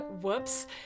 Whoops